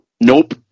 Nope